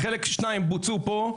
שניים כבר בוצעו,